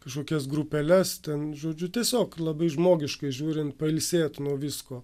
kažkokias grupeles ten žodžiu tiesiog labai žmogiškai žiūrint pailsėt nuo visko